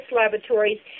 laboratories